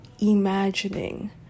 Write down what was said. imagining